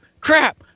crap